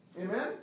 Amen